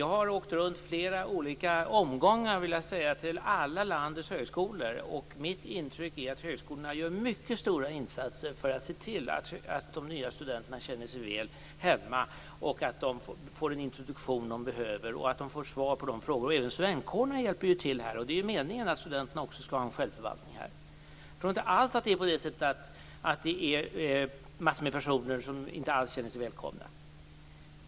Jag har i flera olika omgångar rest runt till alla landets högskolor, och mitt intryck är att högskolorna gör mycket stora insatser för att de nya studenterna skall känna sig hemma, få den introduktion de behöver och få svar på sina frågor. Även studentkårerna hjälper ju till med detta, och det är meningen att studenterna skall ha en viss självförvaltning på detta område. Jag tror inte alls att det är en massa personer som inte känner sig välkomna.